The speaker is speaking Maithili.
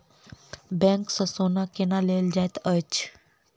बैंक सँ सोना केना लेल जाइत अछि